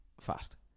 fast